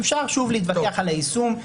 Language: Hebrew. אפשר שוב להתווכח על היישום.